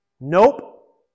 nope